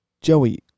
Joey